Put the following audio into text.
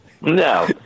No